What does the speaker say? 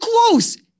close